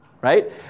right